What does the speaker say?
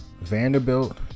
Vanderbilt